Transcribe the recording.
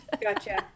Gotcha